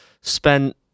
spent